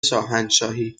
شاهنشاهی